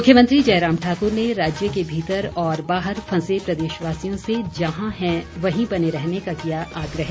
मुख्यमंत्री जयराम ठाकुर ने राज्य के भीतर और बाहर फंसे प्रदेशवासियों से जहां हैं वहीं बने रहने का किया आग्रह